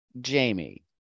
Jamie